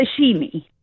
sashimi